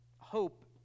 hope